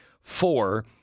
Four